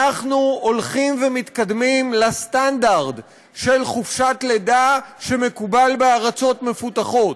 אנחנו הולכים ומתקדמים לסטנדרט של חופשת לידה שמקובלת בארצות מפותחות.